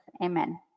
amen